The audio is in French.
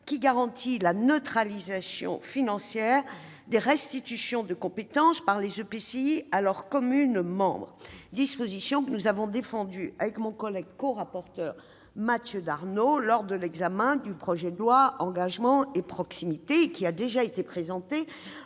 à garantir la neutralisation financière des restitutions de compétences par les EPCI à leurs communes membres, une disposition que nous avions défendue, avec mon collègue corapporteur Mathieu Darnaud, lors de l'examen du projet de loi Engagement et proximité, et qui a déjà été présentée